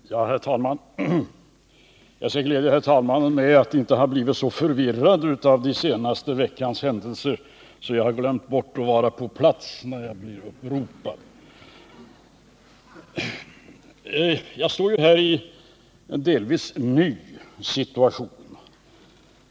Herr talman! Med hänsyn till att de två tidigare statsråd som nyss ropades upp inte lystrade till anmaningen att yttra sig vill jag glädja herr talmannen med att jag inte har blivit så förvirrad av den senaste veckans händelser att jag glömt bort att vara på plats när jag blir uppropad. Jag står ju här i en delvis ny situation.